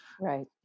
Right